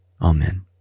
Amen